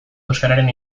euskararen